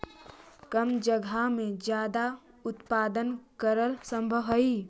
कम जगह में ज्यादा उत्पादन करल सम्भव हई